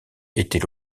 était